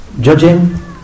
judging